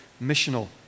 missional